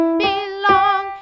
belong